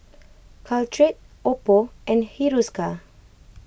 Caltrate Oppo and Hiruscar